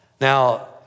Now